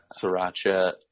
sriracha